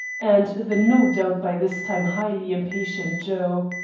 and the no-doubt-by-this-time-highly-impatient joe.